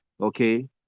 Okay